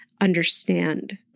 understand